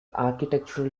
architectural